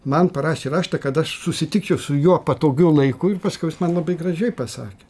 man parašė raštą kad aš susitikčiau su juo patogiu laiku ir paskiau jis man labai gražiai pasakė